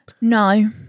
No